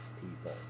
people